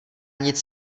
nic